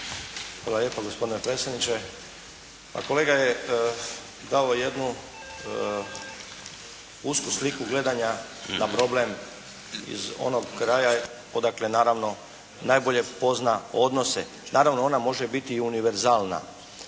Hvala lijepa gospodine predsjedniče. Kolega je dao jednu usku sliku gledanja na problem iz onog kraja iz kojeg naravno najbolje pozna odnose. Naravno ona može biti i univerzalna.